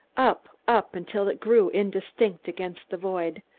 up, up, until it grew indistinct against the void,